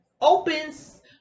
opens